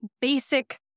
basic